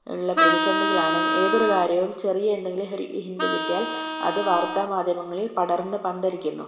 ഉള്ള പ്രതിസന്ധികളാണെങ്കിലും ഏതൊരു കാര്യവും ചെറിയ എന്തെങ്കിലും ഒരു ഹിൻ്റ് കിട്ടിയാൽ അത് വാർത്താ മാധ്യമങ്ങളിൽ പടർന്ന് പന്തലിക്കുന്നു